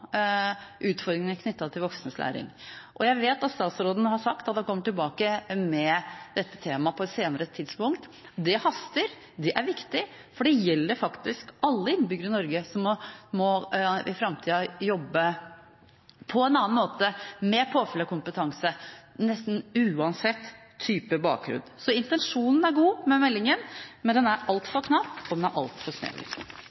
utfordringene knyttet til voksnes læring. Jeg vet at statsråden har sagt at han kommer tilbake med dette temaet på et senere tidspunkt. Det haster, det er viktig, for det gjelder faktisk alle innbyggere i Norge, som i framtida må jobbe på en annen måte, med påfyll og kompetanse, nesten uansett type bakgrunn. Intensjonen med meldingen er god, men den er